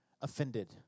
offended